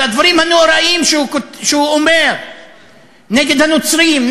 על הדברים הנוראים שהוא אומר נגד הנוצרים,